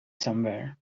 somewhere